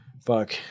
Fuck